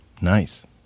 Nice